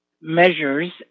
measures